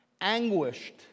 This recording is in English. anguished